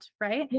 right